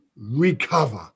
recover